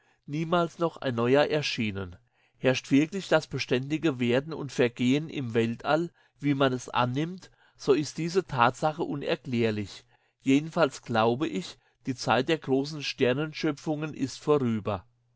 niemals noch ein neuer erschienen herrscht wirklich das beständige werden und vergehen im weltall wie man es annimmt so ist diese tatsache unerklärlich jedenfalls glaube ich die zeit der großen sonnenschöpfungen ist vorüber